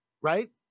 right